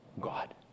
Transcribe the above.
god